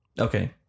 okay